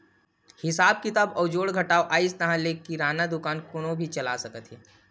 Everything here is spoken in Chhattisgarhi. हिसाब किताब अउ जोड़ घटाव अइस ताहाँले किराना दुकान कोनो भी चला सकत हे